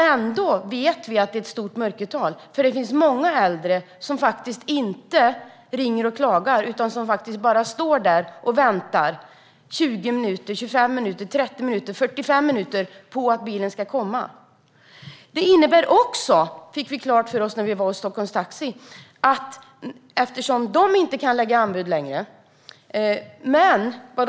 Ändå vet vi att det finns ett stort mörkertal, för det finns många äldre som inte ringer och klagar utan som bara står där och väntar 20, 25, 30 och 45 minuter på att bilen ska komma. Det innebär också, fick vi klart för oss när vi var hos Taxi Stockholm, att de inte längre kan lägga anbud.